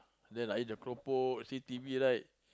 then like eat the keropok see T_V right